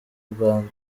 rwanda